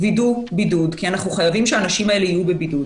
לוודא שאנשים שחוזרים הם בבידוד.